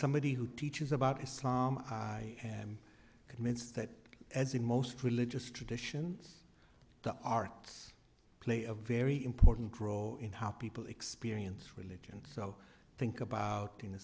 somebody who teaches about islam i am convinced that as in most religious traditions the arts play a very important role in how people experience religion so think about in a